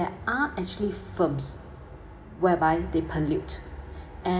there are actually firms whereby they pollute and